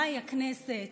מהי הכנסת,